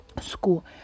school